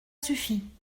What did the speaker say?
suffit